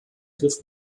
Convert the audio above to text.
griff